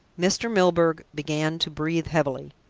mr. milburgh began to breathe heavily.